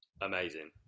amazing